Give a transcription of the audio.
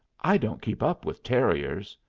i don't keep up with terriers.